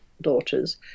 daughters